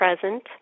present